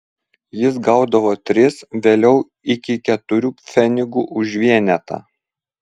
jis gaudavo tris vėliau iki keturių pfenigų už vienetą